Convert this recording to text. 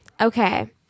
Okay